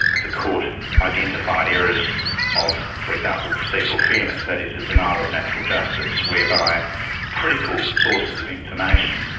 the court identified errors of for example, procedural fairness, that is, a denial of natural justice, whereby critical sources of information,